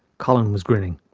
colin was grinning.